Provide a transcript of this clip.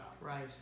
Right